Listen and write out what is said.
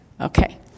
Okay